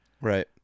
right